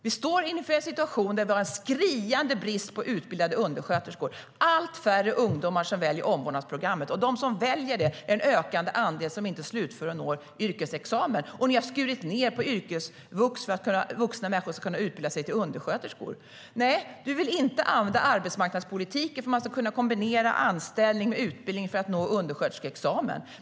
Vi står inför en situation där det råder en skriande brist på utbildade undersköterskor och allt färre ungdomar väljer omvårdnadsprogrammet. Bland dem som väljer programmet finns en ökande andel som inte slutför utbildningen och når yrkesexamen. Ni har skurit ned på yrkesvux, där vuxna kan utbilda sig till undersköterskor. Désirée Pethrus vill inte använda arbetsmarknadspolitiken så att det ska gå att kombinera anställning med utbildning för att nå undersköterskeexamen.